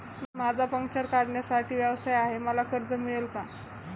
माझा पंक्चर काढण्याचा व्यवसाय आहे मला कर्ज मिळेल का?